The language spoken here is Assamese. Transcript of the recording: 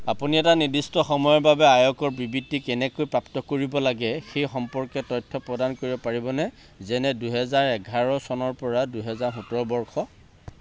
আপুনি এটা নিৰ্দিষ্ট সময়ৰ বাবে আয়কৰ বিবৃতি কেনেকৈ প্ৰাপ্ত কৰিব লাগে সেই সম্পৰ্কে তথ্য প্ৰদান কৰিব পাৰিবনে যেনে দুহেজাৰ এঘাৰ চনৰপৰা দুহেজাৰ সোতৰ বৰ্ষ